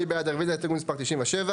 מי בעד רביזיה להסתייגות מספר 94?